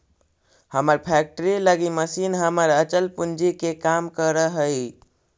हमर फैक्ट्री लगी मशीन हमर अचल पूंजी के काम करऽ हइ